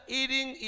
eating